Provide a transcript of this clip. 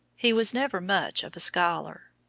he was never much of a scholar.